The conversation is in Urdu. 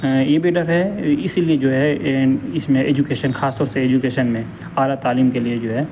یہ بھی ڈر ہے اس لیے جو ہے اس نے ایجوکیشن خاص طور سے ایجوکیشن میں اعلیٰ تعلیم کے لیے جو ہے